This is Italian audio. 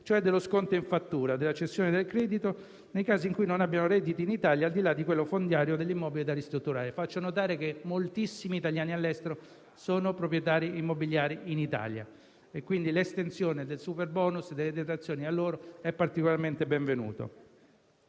dello sconto in fattura o della cessione del credito nei casi in cui non abbiano redditi in Italia, al di là di quello fondiario o degli immobili da ristrutturare. Faccio notare che moltissimi italiani all'estero sono proprietari immobiliari in Italia e, quindi, l'estensione a loro del superbonus per le detrazioni è particolarmente benvenuta.